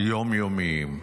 היום-יומיים.